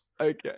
Okay